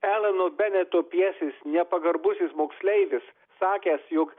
elano beneto pjesės nepagarbusis moksleivis sakęs jog